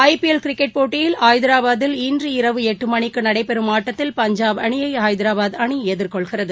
IPL cricket போட்டியில் ஐதாபராத்தில் இன்று இரவு எட்டுமணிக்குநடைபெறும் ஆட்டத்தில் பஞ்சாப் அணியைஐதராபாத் அணிஎதிர்கொள்கிறது